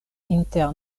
inter